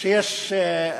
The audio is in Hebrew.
כשיש ריב.